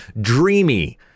dreamy